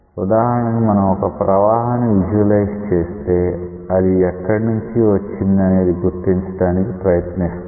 ఉదాహరణకి మనం ఒక ప్రవాహాన్ని విజువలైజ్ చేస్తే అది ఎక్కడి నుండి వచ్చింది అనేది గుర్తించడానికి ప్రయత్నిస్తాం